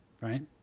right